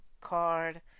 card